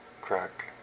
crack